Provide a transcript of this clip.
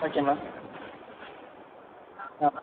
okay ma'am ah